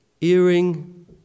Earring